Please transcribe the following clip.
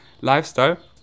lifestyle